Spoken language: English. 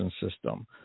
system